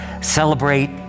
celebrate